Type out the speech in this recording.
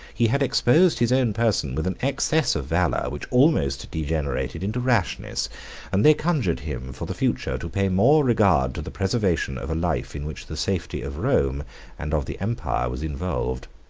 he had exposed his own person with an excess of valor which almost degenerated into rashness and they conjured him for the future to pay more regard to the preservation of a life in which the safety of rome and of the empire was involved.